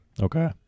Okay